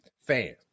fans